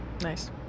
Nice